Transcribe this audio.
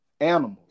animals